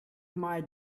might